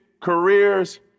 careers